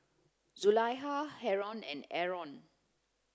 Zulaikha Haron and Aaron